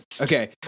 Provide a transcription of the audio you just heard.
Okay